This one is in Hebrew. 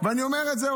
ואני אומר את זה,